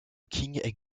king